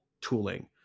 tooling